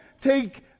take